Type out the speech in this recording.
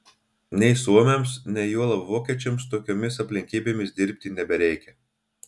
nei suomiams nei juolab vokiečiams tokiomis aplinkybėmis dirbti nebereikia